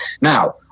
Now